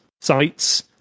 sites